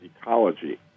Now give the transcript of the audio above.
ecology